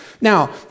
Now